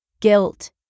guilt